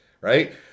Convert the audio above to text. right